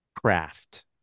craft